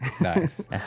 Nice